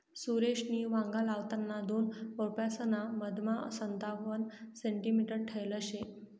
सुरेशनी वांगा लावताना दोन रोपेसना मधमा संतावण सेंटीमीटर ठेयल शे